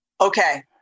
Okay